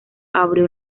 abrió